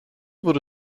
wurde